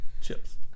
Chips